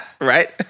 right